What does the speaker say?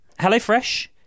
HelloFresh